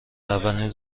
اولین